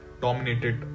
dominated